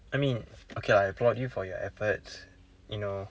I mean okay lah I applaud you for your efforts you know